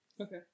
Okay